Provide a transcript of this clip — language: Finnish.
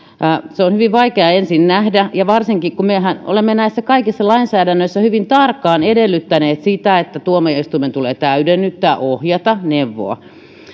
se on hyvin vaikea ensin nähdä ja varsinkin kun mehän olemme näissä kaikissa lainsäädännöissä hyvin tarkkaan edellyttäneet sitä että tuomioistuimen tulee täydennyttää ohjata ja neuvoa